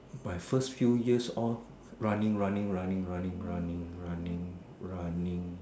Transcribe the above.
my first few years all running running running running running running running